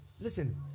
listen